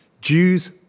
Jews